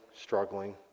struggling